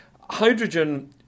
hydrogen